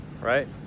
right